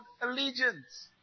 allegiance